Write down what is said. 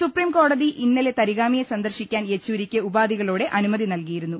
supreme കോടതി ഇന്നലെ തരിഗാമിയെ സന്ദർശിക്കാൻ യെച്ചൂരിക്ക് ഉപാധികളോടെ അനുമതി നൽകിയിരുന്നു